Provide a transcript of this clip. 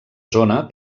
zona